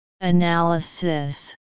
analysis